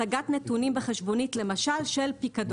הצגת נתונים בחשבונית, למשל של פיקדון.